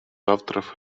авторов